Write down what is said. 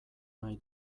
nahi